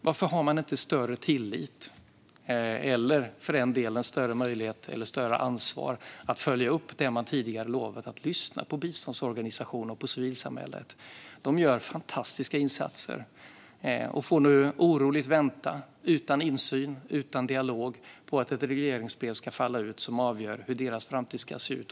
Varför har man inte större tillit eller, för den delen, större ansvar att följa upp det man tidigare lovat, nämligen att lyssna på biståndsorganisationer och på civilsamhället? De gör fantastiska insatser och får nu oroligt vänta, utan insyn eller dialog, på att ett regleringsbrev ska falla ut som avgör hur deras framtid ska se ut.